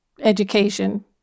education